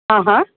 हा हा